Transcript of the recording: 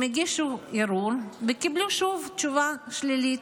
הם הגישו ערעור, וקיבלו שוב תשובה שלילית.